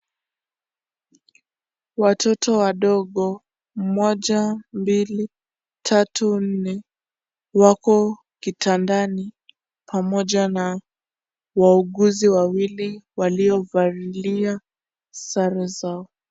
Watoto wadogo, moja, mbili, tatu, nne, wako kitandani pamoja na wauguzi wawili waliovalia sare zao.